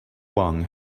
huang